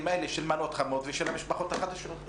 האלה של מנות חמות ושל המשפחות החלשות?